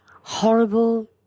horrible